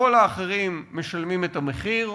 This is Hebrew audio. כל האחרים משלמים את המחיר.